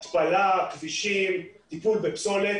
התפלה, כבישים, טיפול בפסולת